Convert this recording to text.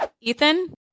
Ethan